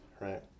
right